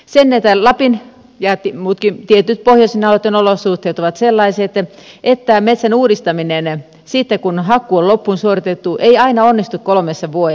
lapin ja muittenkin tiettyjen pohjoisten alueitten olosuhteet ovat sellaiset että metsän uudistaminen sitten kun hakkuu on loppuun suoritettu ei aina onnistu kolmessa vuodessa